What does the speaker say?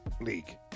league